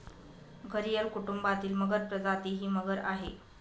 घरियल कुटुंबातील मगर प्रजाती ही मगर आहे